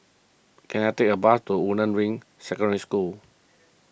can I take a bus to Woodlands Ring Secondary School